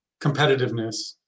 competitiveness